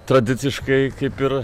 tradiciškai kaip ir